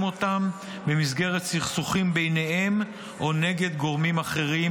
אותם במסגרת סכסוכים ביניהם או נגד גורמים אחרים,